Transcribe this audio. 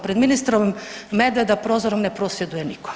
Pred ministra Medveda prozorom ne prosvjeduje nitko.